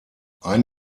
ein